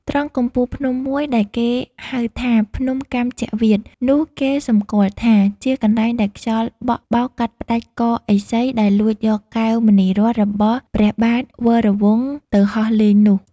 ត្រង់កំពូលភ្នំមួយដែលគេហៅថា ភ្នំកម្មជ្ជវាតនោះ គេសំគាល់ថា ជាកន្លែងដែលខ្យល់បក់ បោកកាត់ផ្តាច់កឥសី ដែលលួចយកកែវមណីរត្នរបស់ព្រះបាទវរវង្ស ទៅហោះលេងនោះ ។